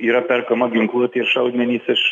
yra perkama ginkluotė ir šaudmenys iš